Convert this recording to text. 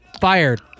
fired